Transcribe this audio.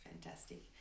fantastic